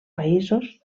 països